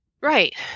Right